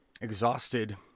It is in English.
exhausted